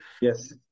Yes